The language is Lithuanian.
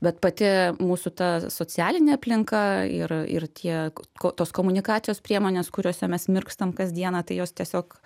bet pati mūsų ta socialinė aplinka ir ir tiek tos komunikacijos priemonės kuriose mes mirkstam kas dieną tai jos tiesiog